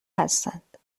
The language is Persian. هستند